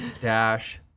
dash